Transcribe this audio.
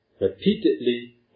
repeatedly